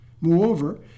Moreover